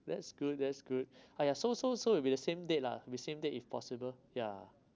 that's good that's good uh ya so so so it'll be the same date lah with same date if possible ya